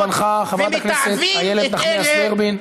חבר הכנסת טיבי,